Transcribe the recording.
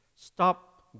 Stop